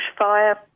bushfire